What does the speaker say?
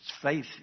faith